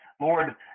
Lord